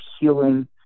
healing